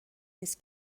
نیست